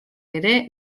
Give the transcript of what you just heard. ere